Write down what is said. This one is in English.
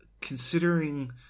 Considering